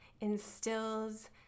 instills